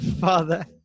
Father